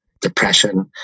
depression